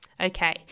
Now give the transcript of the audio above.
okay